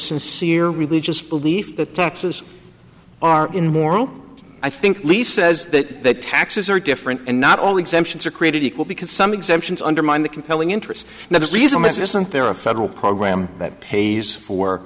sincere religious belief that taxes are in moral i think least says that taxes are different and not all exemptions are created equal because some exemptions undermine the compelling interest now the reason isn't there a federal program that pays for